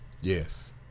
Yes